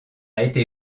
été